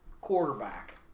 quarterback